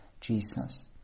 Jesus